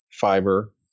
fiber